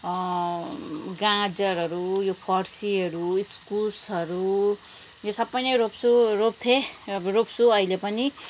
अँ गाजरहरू यो फर्सीहरू इस्कुसहरू यो सबै नै रोप्छु रोप्थेँ अब रोप्छु अहिले पनि